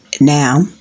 Now